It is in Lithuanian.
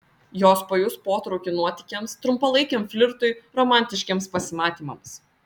jos pajus potraukį nuotykiams trumpalaikiam flirtui romantiškiems pasimatymams